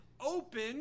open